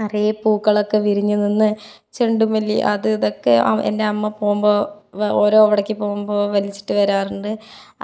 നിറയെ പൂക്കളൊക്കെ വിരിഞ്ഞു നിന്ന് ചെണ്ടുമല്ലി അത് ഇതൊക്കെ അ എൻ്റെ അമ്മ പോകുമ്പോൾ വാ ഓരോ അവിടേക്ക് പോകുമ്പോൾ വലിച്ചിട്ട് വരാറുണ്ട്